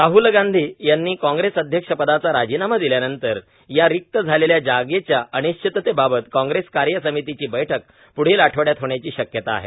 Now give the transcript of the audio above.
राहल गांधी यांनी कॉग्रेस अध्यक्ष पदाचा राजीनामा दिल्यानंतर या रिक्त झालेल्या जागेच्या अनिश्चीततेबाबत कॉग्रेस कार्यसमितीची बैठक प्ढील आठवडयात होण्याची शक्यता आहे